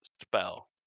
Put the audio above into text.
spell